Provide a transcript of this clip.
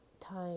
time